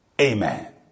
Amen